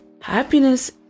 Happiness